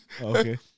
Okay